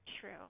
true